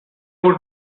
would